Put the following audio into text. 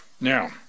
Now